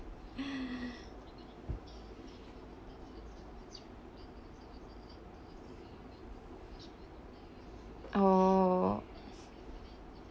oh